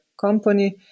company